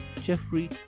Jeffrey